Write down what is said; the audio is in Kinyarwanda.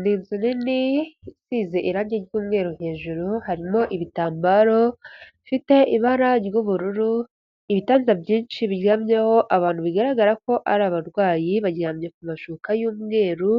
Ni inzu nini isize irangi ry'umweru. Hejuru harimo ibitambaro bifite ibara ry'ubururu, ibitanda byinshi biryamyeho abantu. Bigaragara ko ari abarwayi baryamye ku mashuka y'umweru,